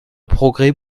progrès